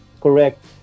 correct